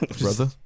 brother